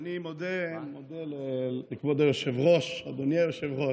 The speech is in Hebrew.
אני מודה לכבוד היושב-ראש, אדוני היושב-ראש.